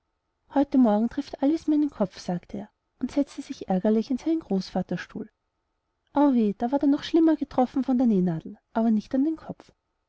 heute morgen trifft alles meinen kopf sagte er und setzte sich ärgerlich in seinen großvaterstuhl auweh da ward er noch schlimmer getroffen von der nähnadel und nicht an den kopf